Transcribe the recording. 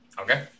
Okay